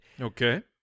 Okay